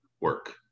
work